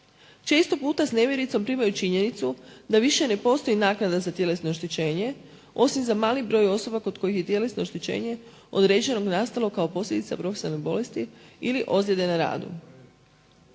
Često puta s nevjericom primaju činjenicu da više ne postoji naknada za tjelesno oštećenje, osim za mali broj osoba kod kojih je tjelesno oštećenje određeno nastalog kao posljedica profesionalne bolesti ili ozljede na radu.